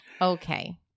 Okay